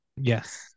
Yes